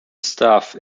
stuff